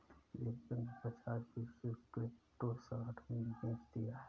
दीपक ने पचास फीसद क्रिप्टो शॉर्ट में बेच दिया